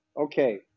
Okay